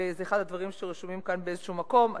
זה אחד הדברים שרשומים כאן באיזשהו מקום.